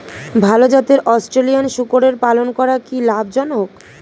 ভাল জাতের অস্ট্রেলিয়ান শূকরের পালন করা কী লাভ জনক?